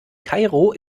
kairo